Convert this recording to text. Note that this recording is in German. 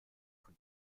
von